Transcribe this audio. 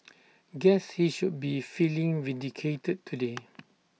guess he should be feeling vindicated today